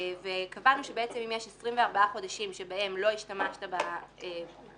קבענו שאם יש 24 חודשים בהם לא השתמשת בהרשאה,